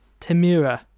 Tamira